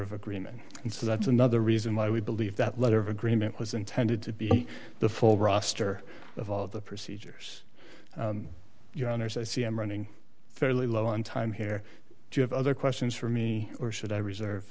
of agreement and so that's another reason why we believe that letter of agreement was intended to be the full roster of all of the procedures your honour's i c m running fairly low on time here do you have other questions for me or should i reserve